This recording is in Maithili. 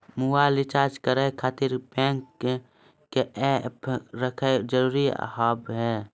मोबाइल रिचार्ज करे खातिर बैंक के ऐप रखे जरूरी हाव है?